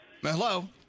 Hello